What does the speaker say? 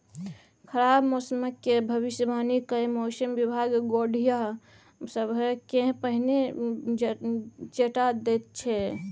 खराब मौसमक भबिसबाणी कए मौसम बिभाग गोढ़िया सबकेँ पहिने चेता दैत छै